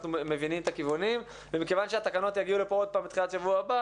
מבינים את הכיוונים ומכיוון שהתקנות יגיעו לפה עוד פעם בתחילת שבוע הבא